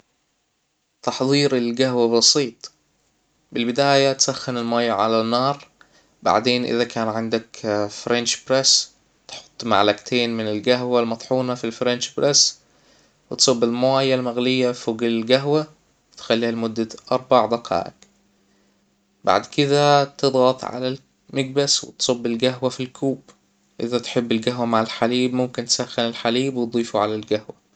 تحضير الجهوة بسيط: بالبداية تسخن المايه على نار بعدين إذا كان عندك فرنش بريس تحط معلجتين من الجهوة المطحونة فى الفرنش بريس وتصب المايه المغلية فوج الجهوة وتخليها لمدة أربع دقائق بعد كده تضغط على المكبس وتصب الجهوة فى الكوب إذا تحب الجهوة مع الحليب ممكن تسخن الحليب وتضيفه على الجهوة